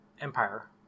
Empire